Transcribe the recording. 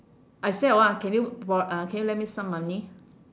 I said one can you bor~ uh can you lend me some money